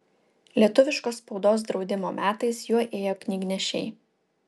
lietuviškos spaudos draudimo metais juo ėjo knygnešiai